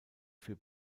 für